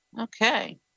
Okay